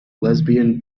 lesbian